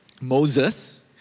Moses